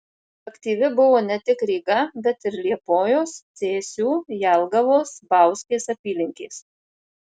aktyvi buvo ne tik ryga bet ir liepojos cėsių jelgavos bauskės apylinkės